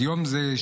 אז היום הזה,